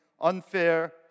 unfair